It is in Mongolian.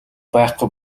байхгүй